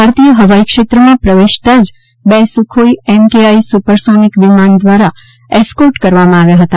ભારતીય હવાઈ ક્ષેત્રમાં પ્રવેશતા જ બે સુખોઈ એમકેઆઈ સુપરસોનિક વિમાની દ્વારા એસ્કોર્ટ કરવામાં આવ્યા હતા